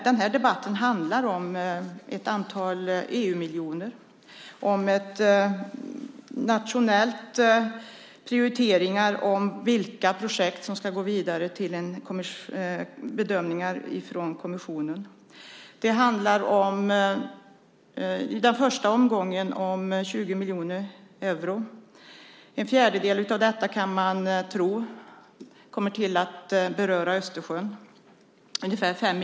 Den här debatten handlar om ett antal EU-miljoner och om nationella prioriteringar av vilka projekt som ska gå vidare till bedömningar från kommissionen. Det handlar i den första omgången om 20 miljoner euro. Vi tror att en fjärdedel av detta, ungefär 5 miljoner euro, kommer att beröra Östersjön.